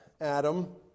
Adam